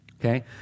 Okay